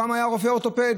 פעם היה רופא אורתופד,